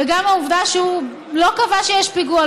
וגם העובדה שהוא לא קבע שיש פיגוע,